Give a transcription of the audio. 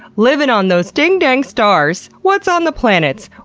living on those ding dang stars, what's on the planets?